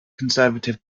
conservative